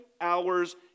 hours